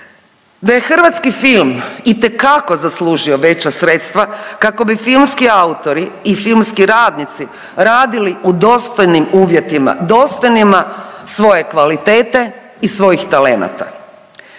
da je hrvatski film itekako zaslužio veća sredstva kako bi filmski autori i filmski radnici radili u dostojnim uvjetima. Dostojnima svoje kvalitete i svojih talenata.